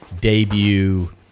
debut